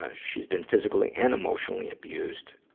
ah she's been physically and emotionally abused.